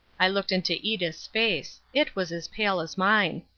i looked into edith's face. it was as pale as mine.